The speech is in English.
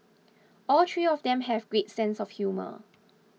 all three of them have great sense of humour